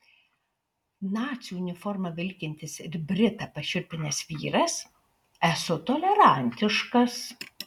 nacių uniforma vilkintis ir britą pašiurpinęs vyras esu tolerantiškas